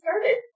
started